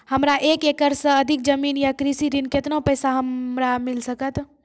हमरा एक एकरऽ सऽ अधिक जमीन या कृषि ऋण केतना पैसा हमरा मिल सकत?